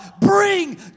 bring